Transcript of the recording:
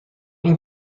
این